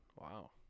wow